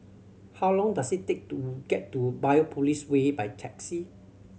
how long does it take to get to Biopolis Way by taxi